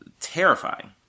terrifying